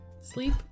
Sleep